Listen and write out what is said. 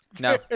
No